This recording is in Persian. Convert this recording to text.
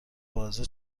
بازه